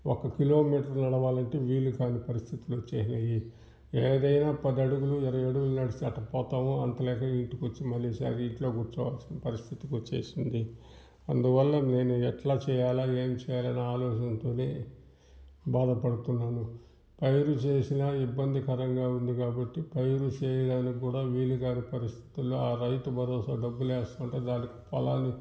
ఒక కిలోమీటర్ నడవాలంటే వీలు కానీ పరిస్థితులు వచ్చినాయి ఏదైనా పది అడుగులు ఇరవై అడుగులు నడిచి అట్ల పోతామో అంతలేకే ఇంట్లోకొచ్చి ఇంట్లో కూర్చోవాల్సిన పరిస్థితికి వచ్చేసింది అందువల్ల నేను ఎట్లా చేయాలా ఏమి చేయాలా అని ఆలోచనతో బాధపడుతున్నాను పైరు చేసిన ఇబ్బందికరంగా ఉంది కాబట్టి పైరు చేయడానికి కూడా వీలుకాని పరిస్థితిలో రైతు భరోసా డబ్బులు వేస్తావుంటే దానికి పొలా